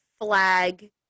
flag